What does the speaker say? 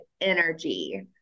energy